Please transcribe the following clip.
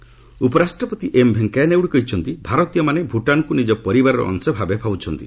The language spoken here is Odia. ନାଇଡ଼ି ଇଣ୍ଡିଆ ଭୂଟାନ୍ ଉପରାଷ୍ଟ୍ରପତି ଏମ୍ ଭେଙ୍କିୟା ନାଇଡୁ କହିଛନ୍ତି ଭାରତୀୟମାନେ ଭୁଟାନ୍କୁ ନିଜ ପରିବାରର ଅଂଶ ଭାବେ ଭାବୁଛନ୍ତି